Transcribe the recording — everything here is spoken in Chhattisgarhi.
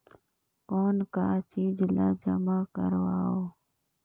कौन का चीज ला जमा करवाओ?